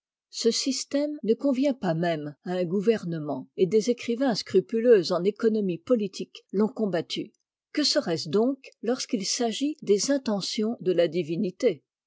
ce système ne convient pas même à un gouvernement et des écrivains scrupuleux en économie politique l'ont combattu que serait-ce donc lorsqu'il s'agit des intentions de la divinité